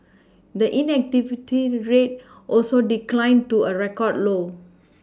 the inactivity rate also declined to a record low